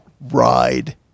ride